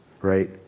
right